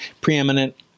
preeminent